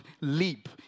leap